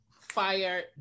fire